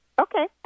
Okay